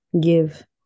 give